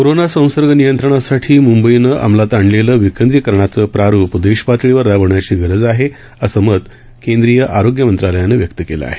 corona संसर्ग नियंत्रणासाधी मुंबईनं अंमलात आणलेलं विकेंद्रीकरणाचं प्रारूप देशपातळीवर राबवण्याची गरज आहे असं मत केंद्रीय आरोग्य मंत्रालयानं व्यक्त केलं आहे